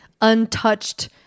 untouched